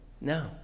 No